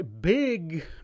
big